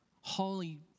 Holy